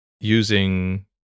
using